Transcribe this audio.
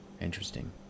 interesting